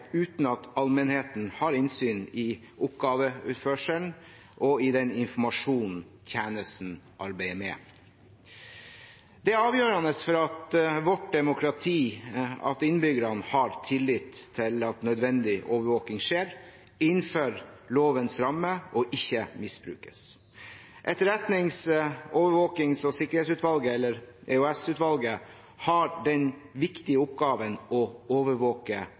uten at allmennheten har innsyn i oppgaveutførelsen og i den informasjonen tjenestene arbeider med. Det er avgjørende for vårt demokrati at innbyggerne har tillit til at nødvendig overvåking skjer innenfor lovens ramme og ikke misbrukes. Utvalget for etterretnings-, overvåkings- og sikkerhetstjeneste – EOS-utvalget – har den viktige oppgaven å overvåke